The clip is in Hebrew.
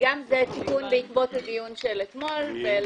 גם זה תיקון בעקבות הדיון שנערך אתמול.